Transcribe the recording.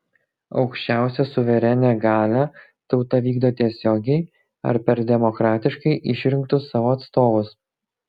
aukščiausią suverenią galią tauta vykdo tiesiogiai ar per demokratiškai išrinktus savo atstovus